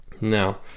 Now